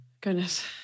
Goodness